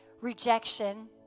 rejection